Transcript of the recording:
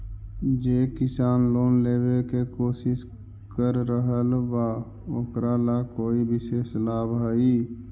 जे किसान लोन लेवे के कोशिश कर रहल बा ओकरा ला कोई विशेष लाभ हई?